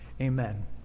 amen